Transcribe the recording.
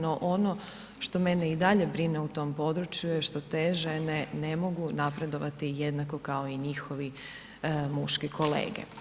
No, ono što mene i dalje brine u tom području, je to što te žene ne mogu napredovati jednako kao i njihovi muški kolege.